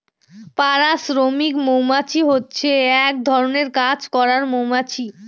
পাড়া শ্রমিক মৌমাছি হচ্ছে এক ধরনের কাজ করার মৌমাছি